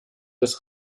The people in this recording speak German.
des